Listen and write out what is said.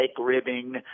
ribbing